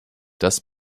das